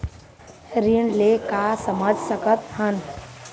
ऋण ले का समझ सकत हन?